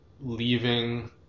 leaving